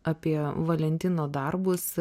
apie valentino darbus